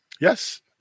Yes